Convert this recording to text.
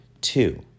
Two